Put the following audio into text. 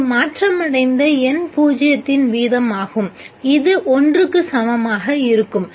இது மாற்றமடைந்த N0 இன் வீதம் ஆகும் இது க்கு சமமாக இருக்கும்